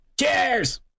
Cheers